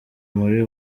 muri